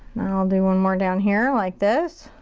i'll do one more down here like this.